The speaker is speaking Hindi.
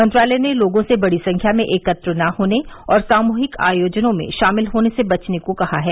मंत्रालय ने लोगों से बड़ी संख्या में एकत्र न होने और सामूहिक आयोजनों में शामिल होने से बचने को कहा है